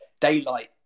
daylight